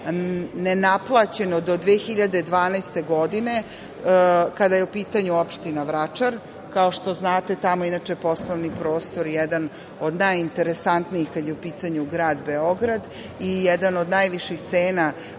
nenaplaćeno do 2012. godine. Kada je u pitanju opština Vračar, kao što znate, tamo je poslovni prostor jedan od najinteresantnijih kada je u pitanju grad Beograd i jedan od najviših cena